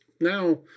now